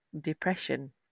depression